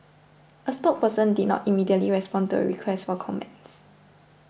a spokesperson did not immediately respond to a request for comments